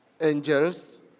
angels